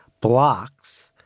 blocks